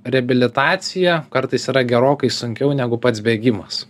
reabilitacija kartais yra gerokai sunkiau negu pats bėgimas